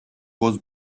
was